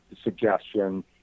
suggestion